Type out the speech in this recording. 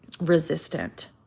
Resistant